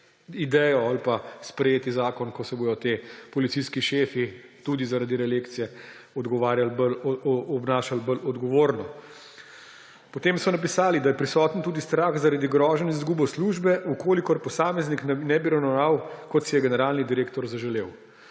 idejo ali pa sprejeti zakon, ko se bodo ti policijski šefi tudi zaradi reelekcije obnašali bolj odgovorno. Potem so napisali, da je prisoten tudi strah zaradi groženj z izgubo službe, če posameznik ne bi ravnal, kot si je generalni direktor zaželel.